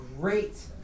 great